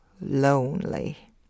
lonely